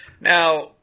Now